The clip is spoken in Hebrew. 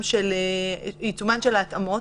נצטרך להצביע על פיצול ואז על ההצעה.